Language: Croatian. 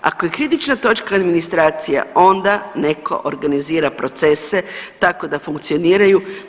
Ako je kritična točka administracija onda neko organizira procese tako da funkcioniraju.